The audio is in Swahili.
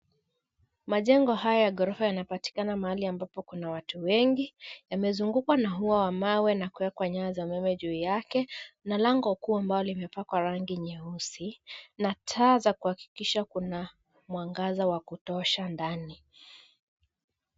Majengo haya ya ghorofa yanapatikana mahali ambapo kuna watu wengi. Yamezungukwa na ua wa mawe na kuwekwa nyaya za umeme juu yake na lango kuu ambalo limepakwa rangi nyeusi na taa za kuhakikisha kuna mwangaza wa kutosha ndani.